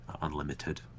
unlimited